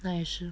那也是